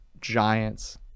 Giants